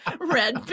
red